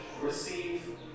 receive